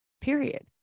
Period